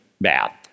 bad